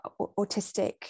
autistic